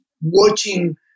watching